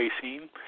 facing